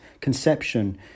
conception